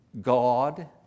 God